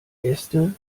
äste